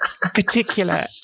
particular